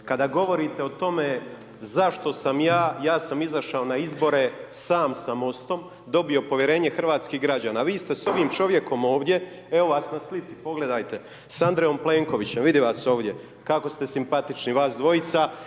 Kada govorite o tome zašto sam ja, ja sam izašao na izbore sam sa MOST-om i dobio povjerenje hrvatskih građana a vi ste s ovim čovjekom ovdje, evo vas na slici, pogledajte, s Andrejom Plenkovićem, vidi vas ovdje, kako ste simpatični vas dvojica,